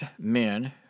men